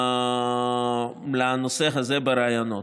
לנושא הזה בראיונות.